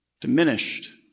Diminished